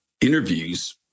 interviews